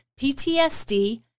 PTSD